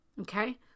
okay